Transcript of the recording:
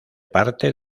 parte